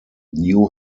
new